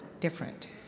different